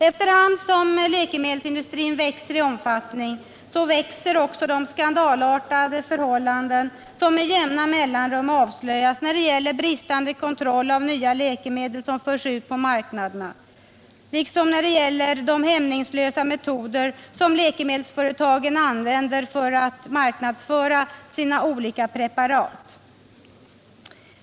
Efter hand som läkemedelsindustrin växer i omfattning, växer också de skandalartade förhållanden som med jämna mellanrum avslöjas när det gäller bristande kontroll av nya läkemedel som förs ut på marknaderna, liksom i fråga om de hämningslösa metoder som läkemedelsföretagen använder för att marknadsföra sina olika preparat.